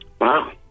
Wow